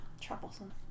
Troublesome